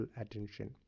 attention